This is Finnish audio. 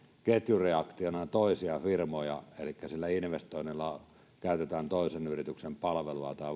ketjureaktiona toisia firmoja elikkä sillä investoinnilla käytetään toisen yrityksen palvelua tai